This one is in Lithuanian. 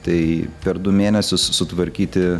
tai per du mėnesius sutvarkyti